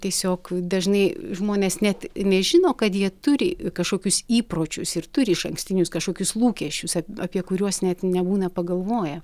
tiesiog dažnai žmonės net nežino kad jie turi kažkokius įpročius ir turi išankstinius kažkokius lūkesčius apie kuriuos net nebūna pagalvoję